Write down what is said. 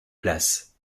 place